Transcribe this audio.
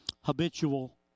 habitual